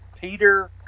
Peter